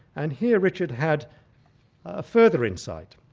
and here richard had ah further insight.